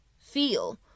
feel